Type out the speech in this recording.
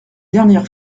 dernière